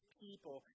people